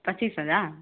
पचीस हजार